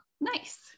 nice